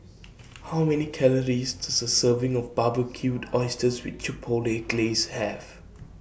How Many Calories Does A Serving of Barbecued Oysters with Chipotle Glaze Have